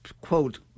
quote